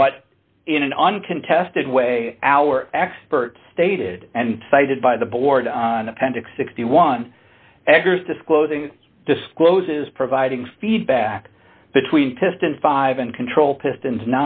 what in an uncontested way our expert stated and cited by the board on appendix sixty one eggers disclosing discloses providing feedback between test and five and control pistons